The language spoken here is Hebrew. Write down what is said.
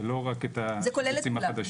לא רק השיבוצים החדשים.